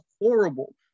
horrible